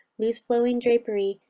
loose flowing drapery,